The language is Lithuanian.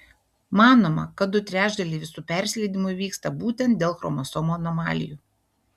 manoma kad du trečdaliai visų persileidimų įvyksta būtent dėl chromosomų anomalijų